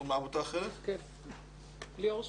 ליאור שמואלי.